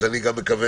אני מקווה,